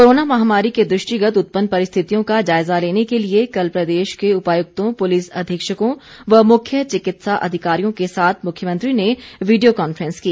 corona महामारी के दृष्टिगत उत्पन्न परिस्थितियों का जायजा लेने के लिए कल प्रदेश के उपायुक्तों पुलिस अधीक्षकों व मुख्य चिकित्सा अधिकारियों के साथ मुख्यमंत्री ने वीडियो कॉन्फ्रेंस की